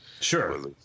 Sure